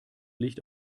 licht